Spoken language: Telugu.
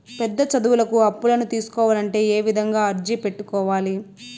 పెద్ద చదువులకు అప్పులను తీసుకోవాలంటే ఏ విధంగా అర్జీ పెట్టుకోవాలి?